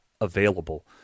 available